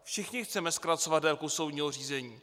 Všichni chceme zkracovat délku soudního řízení.